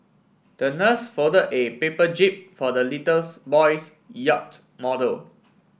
the nurse folded a paper jib for the little boy's yacht model